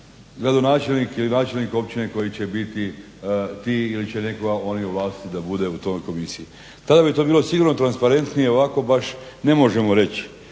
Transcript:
gradonačelnik ili načelnik općine koji će biti ti ili će nekoga oni ovlastiti da bude u toj komisiji. Tada bi to bilo sigurno transparentnije, ovako baš ne možemo reći.